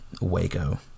Waco